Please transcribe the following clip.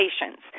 patients